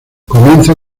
comienza